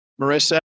Marissa